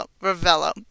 Ravello